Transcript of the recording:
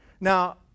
Now